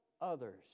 others